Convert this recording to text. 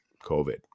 COVID